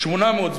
800,